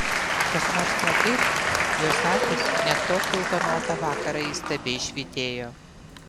kas nors ne taip jos akys net tokį ūkanotą vakarą įstabiai švytėjo